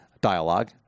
dialogue